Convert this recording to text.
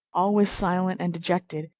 always silent and dejected,